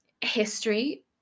history